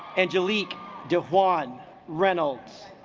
angelique diwan reynolds